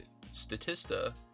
Statista